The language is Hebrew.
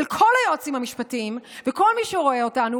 אל כל היועצים ואל כל מי שרואה אותנו,